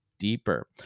Deeper